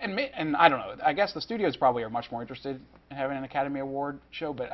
and i don't know i guess the studios probably are much more interested in having an academy award show but